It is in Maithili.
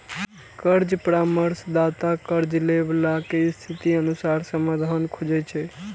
कर्ज परामर्शदाता कर्ज लैबला के स्थितिक अनुसार समाधान खोजै छै